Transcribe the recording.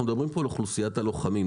אנחנו מדברים כאן על אוכלוסיית הלוחמים.